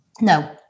No